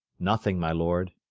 nothing, my lord.